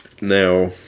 Now